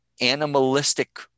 animalistic